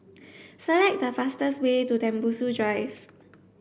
select the fastest way to Tembusu Drive